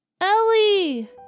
Ellie